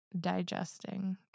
digesting